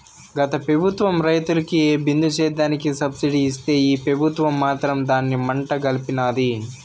గత పెబుత్వం రైతులకి బిందు సేద్యానికి సబ్సిడీ ఇస్తే ఈ పెబుత్వం మాత్రం దాన్ని మంట గల్పినాది